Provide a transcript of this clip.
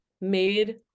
made